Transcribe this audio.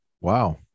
wow